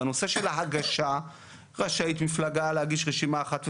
בנושא של ההגשה רשאית מפלגה להגיש רשימה אחת,